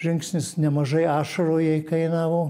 žingsnis nemažai ašarų jai kainavo